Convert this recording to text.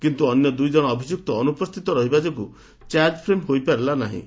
କିନ୍ତୁ ଅନ୍ୟ ଦୁଇ ଜଶ ଅଭିଯୁକ୍ତ ଅନୁପସ୍ଚିତ ରହିବା ଯୋଗୁଁ ଚାର୍କ୍ଫ୍ରେମ୍ ହୋଇପାରିଲା ନାହିଁ